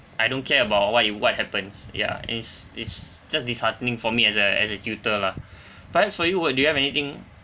I don't care about what you what happens ya is is just disheartening for me as a as a tutor lah perhaps for you do you have anything